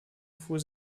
fuhr